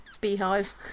beehive